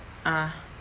ah